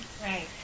Right